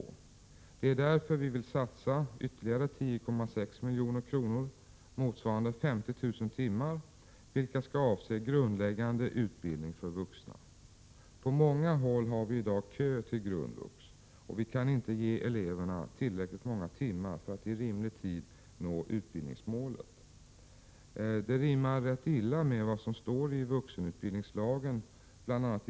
Det är därför vi vill satsa ytterligare 10,6 milj.kr. motsvarande 50 000 timmar som skall avse grundläggande utbildning för vuxna. På många håll är det i dag kö till grundvux, och eleverna ges inte tillräckligt många timmar för att i rimlig tid nå utbildningsmålet. Det rimmar rätt illa med vad som står i bl.a. vuxenutbildningslagens 2 §.